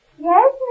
Yes